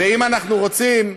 ואם אנחנו רוצים,